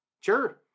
Sure